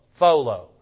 folo